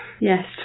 Yes